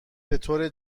بطور